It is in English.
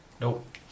Nope